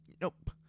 Nope